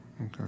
Okay